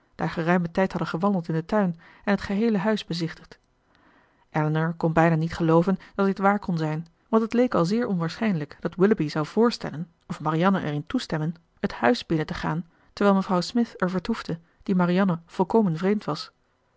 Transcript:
daar geruimen tijd hadden gewandeld in den tuin en het geheele huis bezichtigd elinor kon bijna niet gelooven dat dit waar kon zijn want het leek al zeer onwaarschijnlijk dat willoughby zou voorstellen of marianne erin toestemmen het huis binnen te gaan terwijl mevrouw smith er vertoefde die marianne volkomen vreemd was